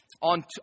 On